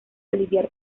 lidiar